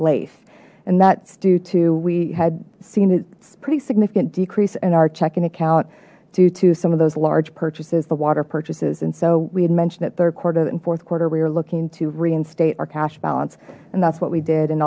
life and that's due to we had seen a pretty significant decrease in our checking account due to some of those large purchases the water purchases and so we had mentioned it third quarter and fourth quarter we are looking to reinstate our cash balance and that's what we did and